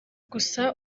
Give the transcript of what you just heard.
gusa